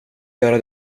göra